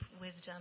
wisdom